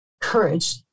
courage